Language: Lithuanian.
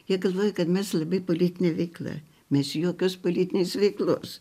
jie galvojo kad mes labai politine veikla mes jokios politinės veiklos